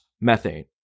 methane